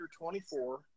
24